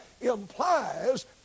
implies